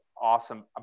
awesome